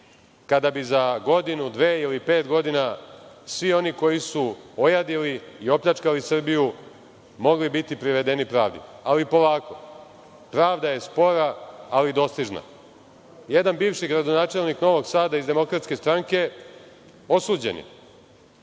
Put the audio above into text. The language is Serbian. kada bi za godinu, dve ili pet godina svi oni koji su ojadili i opljčkali Srbiju mogli biti privedeni pravdi, ali, polako, pravda je spora, ali dostižna. Jedan bivši gradonačelnik Novog Sada iz DS osuđen je